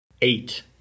eight